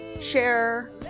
share